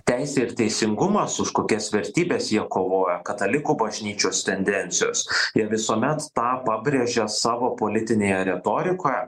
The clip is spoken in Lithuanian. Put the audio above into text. teisė ir teisingumas už kokias vertybes jie kovoja katalikų bažnyčios tendencijos jie visuomet tą pabrėžia savo politinėje retorikoje